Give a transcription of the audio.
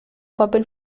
papel